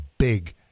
big